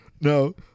No